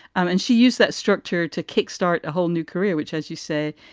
and she used that structure to kickstart a whole new career, which, as you say,